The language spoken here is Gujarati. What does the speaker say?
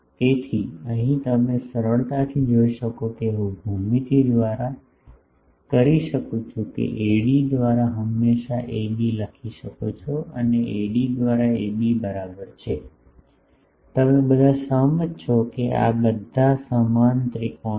તેથી અહીં તમે સરળતાથી જોઈ શકશો કે હું ભૂમિતિ દ્વારા કરી શકું છું એડી દ્વારા હંમેશા એબી લખી શકો છો એડી દ્વારા એબી બરાબર છે તમે બધા સહમત છો કે આ બધા સમાન ત્રિકોણ છે